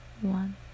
One